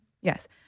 Yes